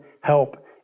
help